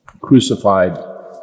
crucified